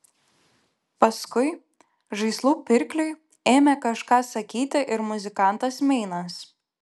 paskui žaislų pirkliui ėmė kažką sakyti ir muzikantas meinas